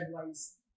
advice